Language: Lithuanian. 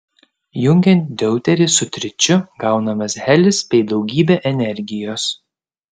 jungiant deuterį su tričiu gaunamas helis bei daugybė energijos